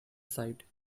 site